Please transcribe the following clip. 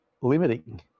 limiting